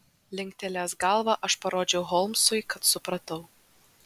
linktelėjęs galvą aš parodžiau holmsui kad supratau